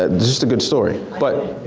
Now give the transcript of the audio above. ah just a good story. but